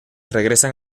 regresan